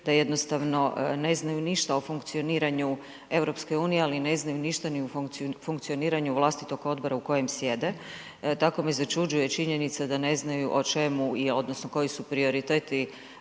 da jednostavno ne znaju ništa o funkcioniranju EU, ali ne znaju ništa ni o funkcioniranju vlastitog odbora u kojem sjede. Tako me začuđuje činjenica da ne znaju o čemu odnosno koji su prioriteti